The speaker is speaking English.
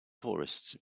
tourists